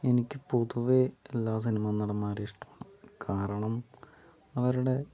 എനിക്ക് പൊതുവേ എല്ലാ സിനിമ നടന്മാരെയും ഇഷ്ടമാണ് കാരണം അവരുടെ